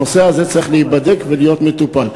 הנושא הזה צריך להיבדק ולהיות מטופל.